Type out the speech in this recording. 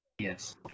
Yes